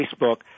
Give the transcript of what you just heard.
Facebook